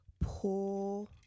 pull